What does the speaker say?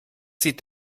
sie